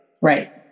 Right